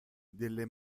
delle